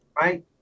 Right